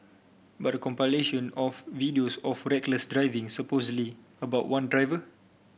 but a compilation of videos of reckless driving supposedly about one driver